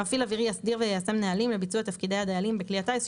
מפעיל אווירי יסדיר ויישם נהלים לביצוע תפקידי הדיילים בכלי הטיס,